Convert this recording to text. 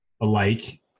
alike